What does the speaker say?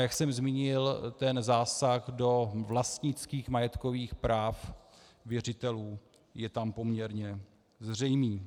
Jak jsem zmínil, ten zásah do vlastnických majetkových práv věřitelů je tam poměrně zřejmý.